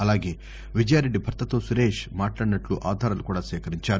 అలాగే విజయారెడ్డి భర్తతో సురేష్ మాట్లాడినట్లు ఆధారాలు కూడా సేకరించారు